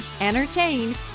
entertain